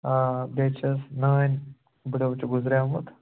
آ بیٚیہِ چھِس نٲنۍ بٔڈۍ بَب تہِ گُذریوٚمُت